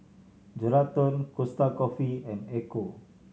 Geraldton Costa Coffee and Ecco